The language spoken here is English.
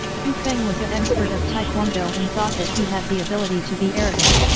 hu feng was a expert of taekwondo and thought that he had the ability to be arrogant.